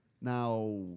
Now